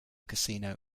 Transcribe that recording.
casino